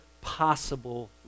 possible